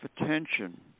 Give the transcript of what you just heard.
attention